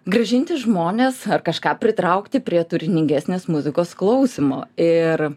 grąžinti žmones ar kažką pritraukti prie turiningesnės muzikos klausymo ir